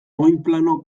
oinplano